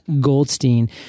Goldstein